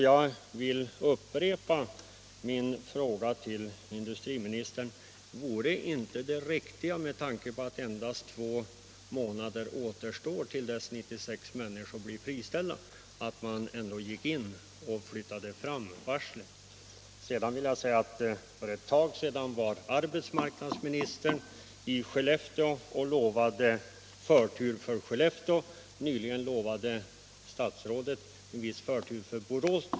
Jag upprepar min fråga till industriministern: Vore inte det riktiga — med tanke på att endast två månader återstår till dess att 96 människor blir friställda — att gå in och flytta fram varslet? Slutligen vill jag säga att arbetsmarknadsministern för en tid sedan var i Skellefteå och lovade den staden förtur, och nyligen lovade statsrådet en viss förtur för Borås.